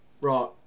right